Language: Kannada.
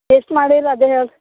ಎಷ್ಟು ಮಾಡಿರ ಅದು ಹೇಳ್ರಿ